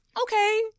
Okay